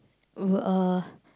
wh~ uh